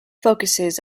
focuses